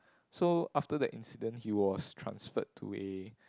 so after that incident he was transferred to a